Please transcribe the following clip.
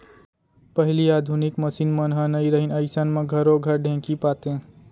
पहिली आधुनिक मसीन मन नइ रहिन अइसन म घरो घर ढेंकी पातें